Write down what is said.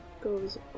Goes